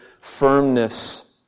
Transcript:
firmness